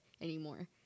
anymore